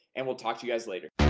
and we'll talk to you guys later